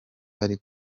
ari